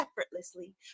effortlessly